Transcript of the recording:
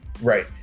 Right